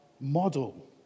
model